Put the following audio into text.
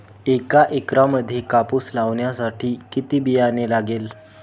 एका एकरामध्ये कापूस लावण्यासाठी किती बियाणे लागेल?